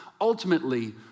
ultimately